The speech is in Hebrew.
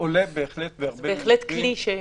עולה בהחלט בהרבה מקרים.